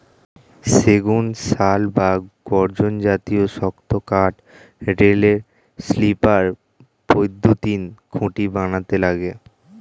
সেগুন, শাল বা গর্জন জাতীয় শক্ত কাঠ রেলের স্লিপার, বৈদ্যুতিন খুঁটি বানাতে লাগে